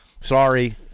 Sorry